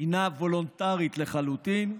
הינה וולונטרית לחלוטין,